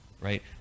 Right